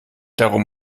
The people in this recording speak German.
darum